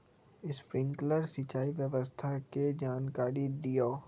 Sprinkler सिंचाई व्यवस्था के जाकारी दिऔ?